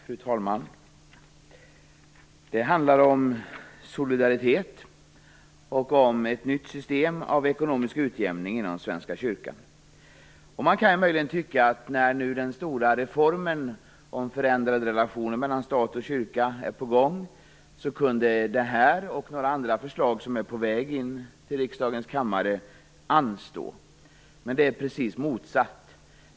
Fru talman! Det handlar om solidaritet och om ett nytt system av ekonomisk utjämning inom Svenska kyrkan. Man kan möjligen tycka att detta och några andra förslag som är på väg in till riksdagens kammare kunde anstå när nu den stora reformen om förändrade relationer mellan stat och kyrka är på gång. Men det är precis det motsatta som gäller.